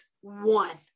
one